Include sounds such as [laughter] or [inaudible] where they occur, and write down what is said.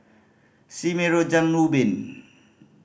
Sime Road [unintelligible] Ubin